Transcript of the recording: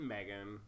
Megan